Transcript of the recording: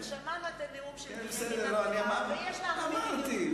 אבל שמענו את הנאום של בנימין נתניהו ויש לנו מדיניות.